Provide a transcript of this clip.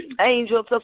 Angels